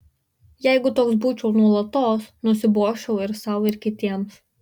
jeigu toks būčiau nuolatos nusibosčiau ir sau ir kitiems